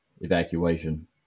evacuation